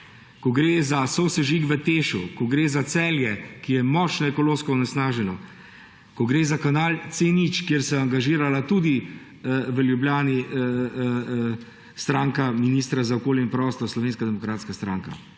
ko gre za sosežig v TEŠ, ko gre za Celje, ki je močno ekološko onesnaženo, ko gre za kanal C0, kjer se je angažirala tudi v Ljubljani stranka ministra za okolje in prostor, Slovenska demokratska stranka,